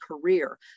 career